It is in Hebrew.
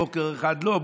בוקר אחד לא,